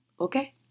Okay